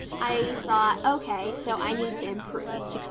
i thought okay, so i need to improve,